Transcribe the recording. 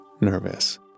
nervous